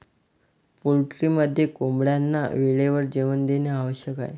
पोल्ट्रीमध्ये कोंबड्यांना वेळेवर जेवण देणे आवश्यक आहे